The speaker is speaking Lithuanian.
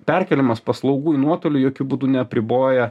perkėlimas paslaugų į nuotolį jokiu būdu neapriboja